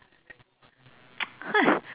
!hais!